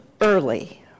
early